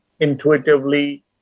intuitively